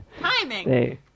Timing